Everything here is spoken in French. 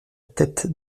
tête